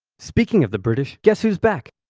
speaking of the british. guess who's back?